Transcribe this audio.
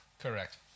Correct